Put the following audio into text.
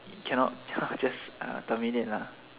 cannot cannot just terminate lah